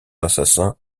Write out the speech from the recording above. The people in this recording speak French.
assassin